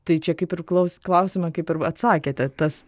tai čia kaip ir klaus klausimą kaip ir atsakėte tas